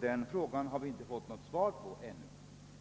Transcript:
Den frågan har vi inte fått något svar på ännu.